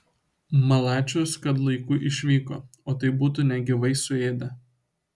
malačius kad laiku išvyko o tai būtų negyvai suėdę